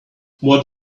what